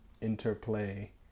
interplay